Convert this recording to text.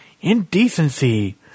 indecency